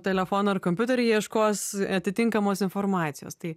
telefoną ar kompiuterį jie ieškos atitinkamos informacijos tai